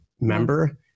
member